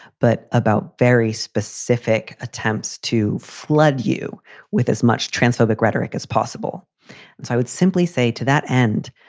but about very specific attempts to flood you with as much transphobia rhetoric as possible. so i would simply say to that end,